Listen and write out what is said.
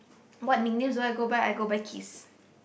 what nicknames do I go by I go by Qis